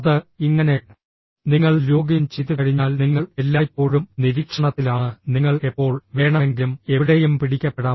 അത് ഇങ്ങനെ നിങ്ങൾ ലോഗിൻ ചെയ്തുകഴിഞ്ഞാൽ നിങ്ങൾ എല്ലായ്പ്പോഴും നിരീക്ഷണത്തിലാണ് നിങ്ങൾ എപ്പോൾ വേണമെങ്കിലും എവിടെയും പിടിക്കപ്പെടാം